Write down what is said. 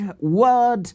word